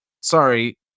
sorry